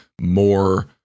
more